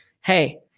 hey